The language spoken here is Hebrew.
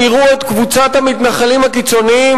הם יראו את קבוצת המתנחלים הקיצונים,